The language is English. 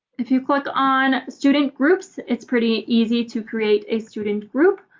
if you click on student groups, it's pretty easy to create a student group.